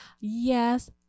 yes